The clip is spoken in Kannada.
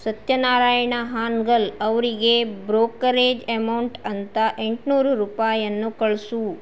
ಸತ್ಯ ನಾರಾಯಣ ಹಾನಗಲ್ ಅವರಿಗೆ ಬ್ರೋಕರೇಜ್ ಅಮೌಂಟ್ ಅಂತ ಎಂಟುನೂರು ರೂಪಾಯಿಯನ್ನು ಕಳಿಸು